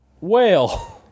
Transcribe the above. whale